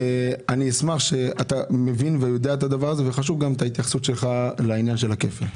אתה מבין ומכיר את הנושא הזה וחשובה גם ההתייחסות שלך לנושא הכפל.